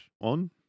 On